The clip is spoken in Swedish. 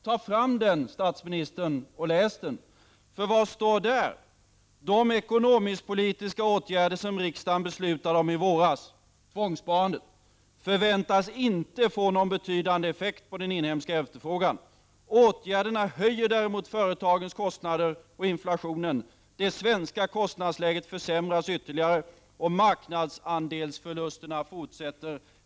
Ta fram den, statsministern, och läs den! Vad står där? Där står att: De ekonomisk-politiska åtgärder som riksdagen beslutade om i våras — tvångssparandet — förväntas inte få någon betydande effekt på den inhemska efterfrågan. Åtgärderna höjer däremot företagens kostnader och inflationen. Det svenska kostnadsläget försämras ytterligare, och marknadsandelsförlusterna fortsätter.